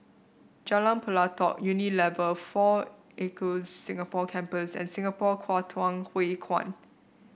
Jalan Pelatok Unilever Four Acres Singapore Campus and Singapore Kwangtung Hui Kuan